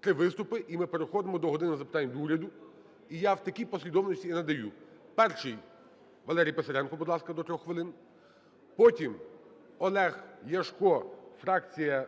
Три виступи - і ми переходимо до "години запитань до Уряду". І я в такій послідовності і надаю: перший – Валерій Писаренко, будь ласка, до 3 хвилин. Потім – Олег Ляшко, фракція